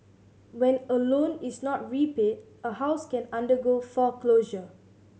when a loan is not repaid a house can undergo foreclosure